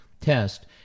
test